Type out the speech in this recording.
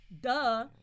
Duh